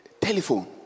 Telephone